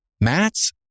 Matt's